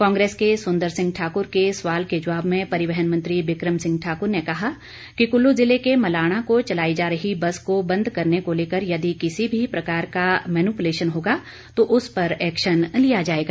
कांग्रेस के सुंदर सिंह ठाकुर के सवाल के जवाब में परिवहन मंत्री बिक्रम सिंह ठाकुर ने कहा कि कुल्लू जिले के मलाणा को चलाई जा रही बस को बंद करने को लेकर यदि किसी भी प्रकार का मेनुपुलेशन होगा तो उस पर एक्शन लिया जाएगा